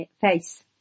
face